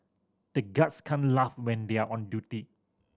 the guards can't laugh when they are on duty